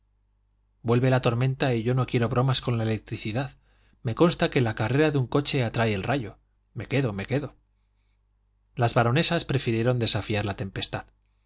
vuelve la tormenta y yo no quiero bromas con la electricidad me consta que la carrera de un coche atrae el rayo me quedo me quedo las baronesas prefirieron desafiar la tempestad